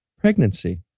pregnancy